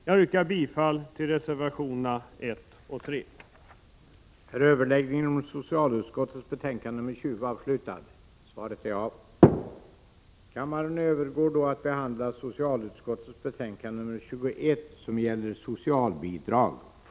Jag yrkar bifall till reservationerna 1 och 3.